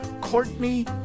Courtney